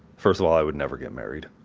first of all, i would never get married,